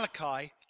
Malachi